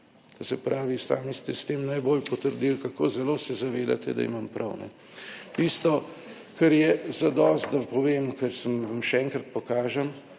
To se pravi, sami ste s tem najbolj potrdil, kako zelo se zavedate, da imam prav. Tisto kar je zadosti, da povem, ker sem, vam še enkrat pokažem